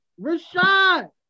Rashad